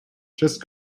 just